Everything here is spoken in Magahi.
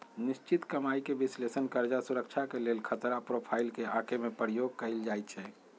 निश्चित कमाइके विश्लेषण कर्जा सुरक्षा के लेल खतरा प्रोफाइल के आके में प्रयोग कएल जाइ छै